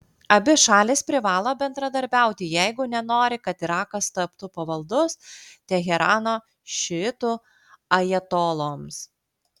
abi šalys privalo bendradarbiauti jeigu nenori kad irakas taptų pavaldus teherano šiitų ajatoloms